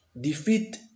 Defeat